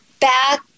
back